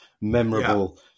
memorable